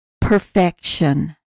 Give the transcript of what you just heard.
Perfection